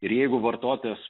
ir jeigu vartotojas